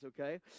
okay